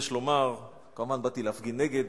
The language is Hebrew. יש לומר, כמובן באתי להפגין נגד.